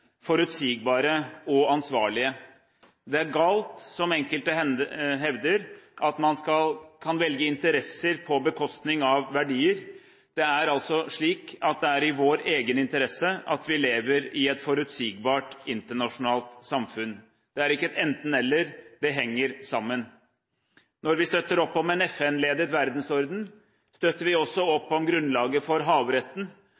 forutsigbare og ansvarlige. Det er galt, som enkelte hevder, at man kan velge interesser på bekostning av verdier. Det er slik at det er i vår egen interesse at vi lever i et forutsigbart internasjonalt samfunn. Det er ikke et enten – eller, det henger sammen. Når vi støtter opp om en FN-ledet verdensorden, støtter vi også